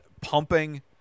pumping